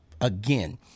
again